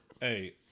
Hey